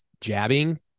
jabbing